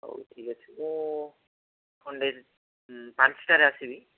ହଉ ଠିକଅଛି ମୁଁ ଖଣ୍ଡେ ପାଞ୍ଚଟାରେ ଆସିବି